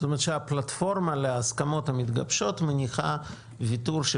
זאת אומרת שהפלטפורמה להסכמות המתגבשות מניחה ויתור של